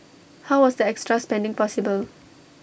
how was the extra spending possible